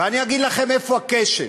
ואני אגיד לכם איפה הכשל.